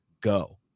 go